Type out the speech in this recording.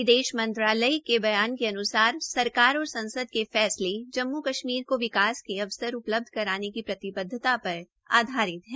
विदेश मंत्रालय के बयान के अन्सार सरकार और संसद के फैसले जम्मू कश्मीर को विकास के अवसर उपलब्ध कराने की प्रतिबद्वता पर आधारित है